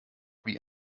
wie